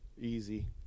easy